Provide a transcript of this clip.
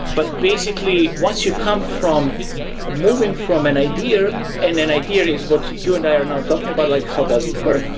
but basically once you come from moving from an idea and an idea is what you and i are now talking about, like how does it work.